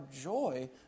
joy